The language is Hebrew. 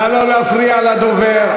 נא לא להפריע לדובר.